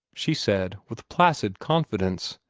she said, with placid confidence.